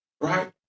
right